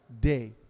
day